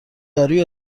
دارویی